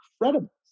incredible